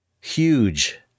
huge